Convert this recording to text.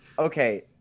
Okay